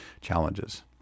challenges